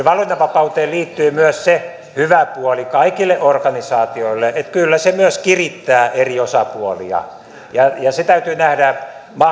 valinnanvapauteen liittyy myös se hyvä puoli kaikille organisaatioille että kyllä se myös kirittää eri osapuolia se täytyy nähdä